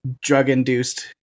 drug-induced